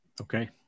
Okay